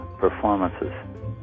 performances